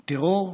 טרור,